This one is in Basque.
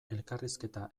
elkarrizketa